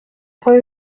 fue